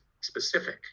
specific